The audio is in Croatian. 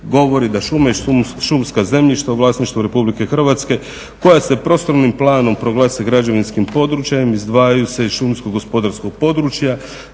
govori da šume i šumska zemljišta u vlasništvu Republike Hrvatske koja se prostornim planom proglase građevinskim područje izdvajaju se iz šumskog gospodarskog područja